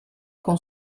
con